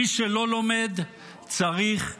מי שלא לומד צריך להתגייס.